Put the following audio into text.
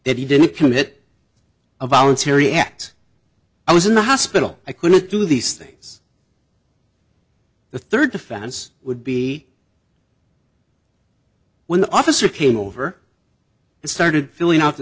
he didn't commit a voluntary act i was in the hospital i couldn't do these things the third defense would be when the officer came over and started filling out the